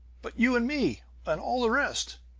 but you and me and all the rest!